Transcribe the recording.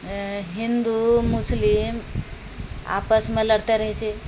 हिन्दू मुस्लिम आपसमे लड़िते रहै छै